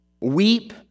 weep